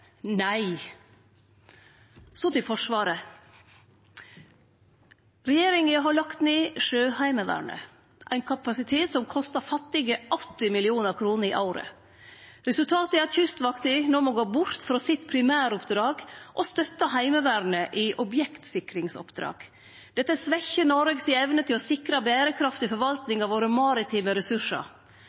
Nei! Så til Forsvaret: Regjeringa har lagt ned Sjøheimevernet, ein kapasitet som kosta fattige 80 mill. kr i året. Resultatet er at Kystvakta no må gå bort frå sitt primæroppdrag og støtte Heimevernet i objektsikringsoppdrag. Dette svekkjer Noregs evne til å sikre bærekraftig forvaltning av våre maritime ressursar.